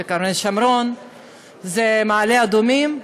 זה קרני-שומרון וזה מעלה-אדומים,